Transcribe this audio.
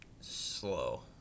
slow